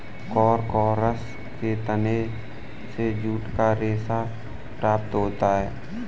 Corchorus के तने से जूट का रेशा प्राप्त होता है